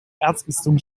erzbistum